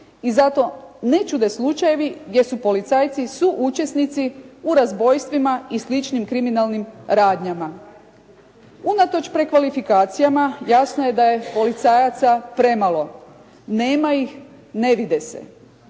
i zato ne čude slučajevi gdje su policajci suučesnici u razbojstvima i sličnim kriminalnim radnjama. Unatoč prekvalifikacijama jasno je da je policajaca premalo. Nema ih, ne vide se.